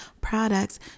products